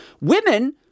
Women